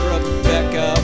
Rebecca